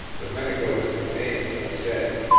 domenico is my name as i said,